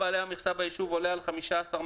בבקשה.